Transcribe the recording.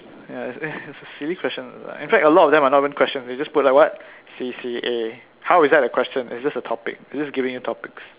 ya it's a silly question lah in fact a lot of them are not even questions they just put like what C_C_A how is that a question it's just a topic just giving you topics